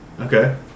Okay